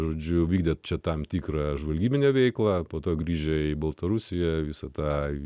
žodžiu vykdė čia tam tikrą žvalgybinę veiklą po to grįžę į baltarusiją visą tą